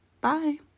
Bye